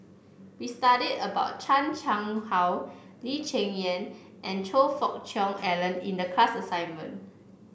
we studied about Chan Chang How Lee Cheng Yan and Choe Fook Cheong Alan in the class assignment